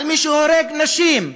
על מי שהורג נשים,